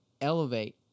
Elevate